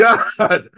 God